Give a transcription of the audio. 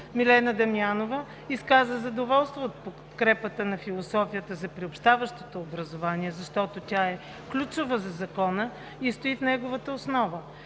Милена Дамянова изказа задоволство от подкрепата на философията за приобщаващото образование, защото тя е ключова за Закона и стои в неговата основа.